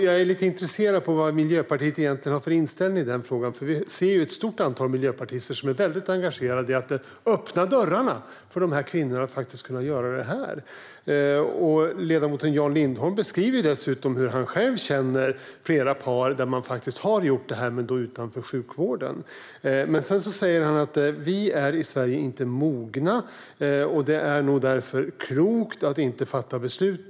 Jag är lite intresserad av vad Miljöpartiet egentligen har för inställning i den frågan, för vi ser ju ett stort antal miljöpartister som är mycket engagerade i att öppna dörrarna för att dessa kvinnor ska kunna göra det här i Sverige i stället för utomlands. Ledamoten Jan Lindholm beskriver dessutom att han själv känner flera par som faktiskt har gjort detta, fast utanför sjukvården. Sedan säger han att vi i Sverige inte är mogna, och därför är det klokt att inte fatta detta beslut.